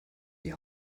die